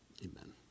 amen